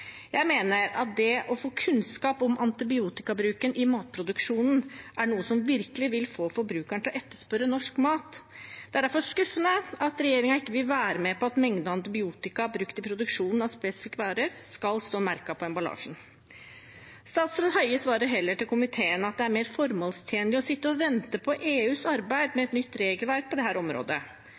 Jeg mener at det å få kunnskap om antibiotikabruken i matproduksjonen er noe som virkelig vil få forbrukeren til å etterspørre norsk mat. Det er derfor skuffende at regjeringen ikke vil være med på at mengden antibiotika brukt i produksjonen av spesifikke varer skal stå merket på emballasjen. Statsråd Høie svarer heller til komiteen at det er mer formålstjenlig å sitte og vente på EUs arbeid med et nytt regelverk på dette området.